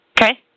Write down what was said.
Okay